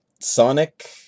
Sonic